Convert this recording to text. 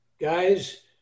guys